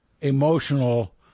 emotional